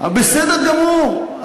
בסדר גמור,